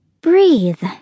Breathe